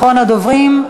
אחרון הדוברים,